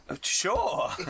sure